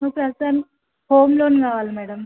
per person home loan కావాలి madam